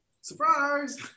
surprise